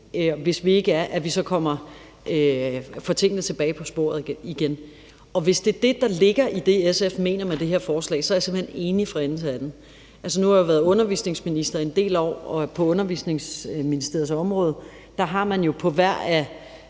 hvis de ikke er, at vi så kan få tingene tilbage på sporet igen. Hvis det er det, SF mener med det her forslag, er jeg simpelt hen enig fra ende til anden.. Nu har jeg været undervisningsminister i en del år, og på Undervisningsministeriets område har man jo på